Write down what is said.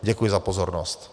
Děkuji za pozornost.